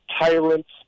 tyrants